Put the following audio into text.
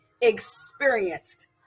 experienced